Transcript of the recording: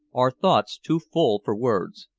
our thoughts too full for words.